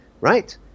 right